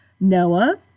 Noah